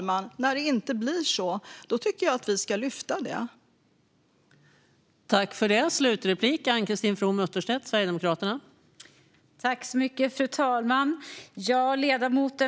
Men när de inte gör det tycker jag att vi ska lyfta fram det.